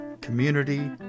Community